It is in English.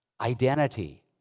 Identity